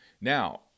Now